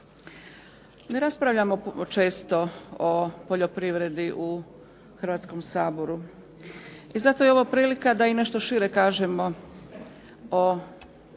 Ne raspravljamo često o poljoprivredi u Hrvatskom saboru i zato je ovo prilika da i nešto šire kažemo o stanju